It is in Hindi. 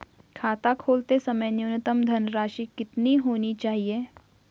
खाता खोलते समय न्यूनतम धनराशि कितनी होनी चाहिए?